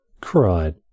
cried